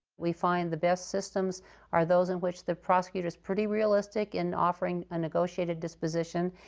we find the best systems are those in which the prosecutor is pretty realistic in offering a negotiated disposition,